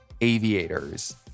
aviators